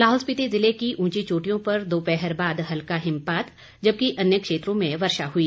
लाहौल स्पिति जिले के उंची चोटियों पर दोपहर बाद हल्का हिमपात जबकि अन्य क्षेत्रों में वर्षा हुई